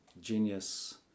genius